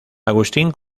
agustín